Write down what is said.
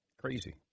Crazy